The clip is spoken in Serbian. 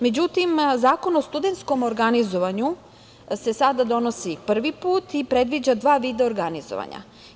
Međutim, Zakon o studentskom organizovanju se sada donosi prvi put i predviđa dva vida organizovanja.